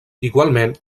igualment